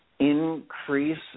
increase